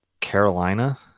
Carolina